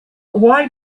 why